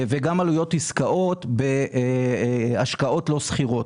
וגם עלויות עסקאות בהשקעות לא סחירות,